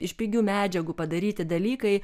iš pigių medžiagų padaryti dalykai